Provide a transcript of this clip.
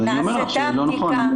אני אומר לך שזה לא נכון,